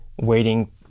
waiting